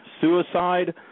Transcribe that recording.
suicide